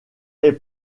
est